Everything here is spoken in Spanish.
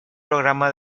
programa